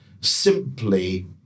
simply